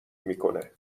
میکنه